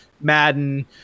Madden